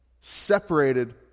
separated